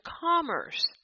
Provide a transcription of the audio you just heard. commerce